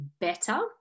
better